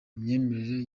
myemerere